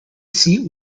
seat